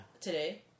today